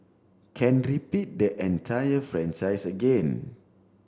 can repeat the entire franchise again